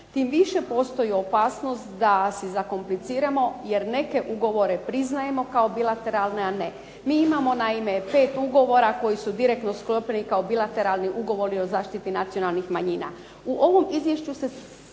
Tim više postoji opasnost da si zakompliciramo, jer neke ugovore priznajemo kao bilatelarne a neke ne. mi naime imamo 5 ugovora koji su direktno sklopljeni kao bilatelarni ugovori o zaštiti nacionalnih manjina. U ovom izvješću se